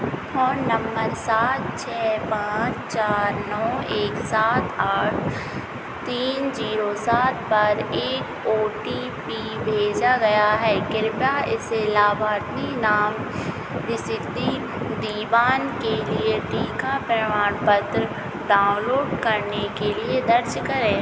phone number सात छ पाँच चार नौ एक सात आठ तीन जीरो सात पर एक ओ टी पी भेजा गया है कृपया इसे लाभार्थी नाम रिसिद्धि दीवान के लिये टीका प्रमाण पत्र डाउनलोड करने के लिये दर्ज करें